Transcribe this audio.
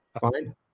Fine